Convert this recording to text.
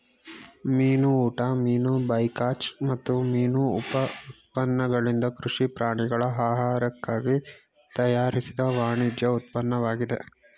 ಮೀನು ಊಟ ಮೀನು ಬೈಕಾಚ್ ಮತ್ತು ಮೀನು ಉಪ ಉತ್ಪನ್ನಗಳಿಂದ ಕೃಷಿ ಪ್ರಾಣಿಗಳ ಆಹಾರಕ್ಕಾಗಿ ತಯಾರಿಸಿದ ವಾಣಿಜ್ಯ ಉತ್ಪನ್ನವಾಗಿದೆ